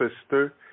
sister